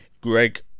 Greg